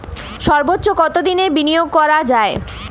সর্বোচ্চ কতোদিনের বিনিয়োগ করা যায়?